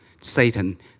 Satan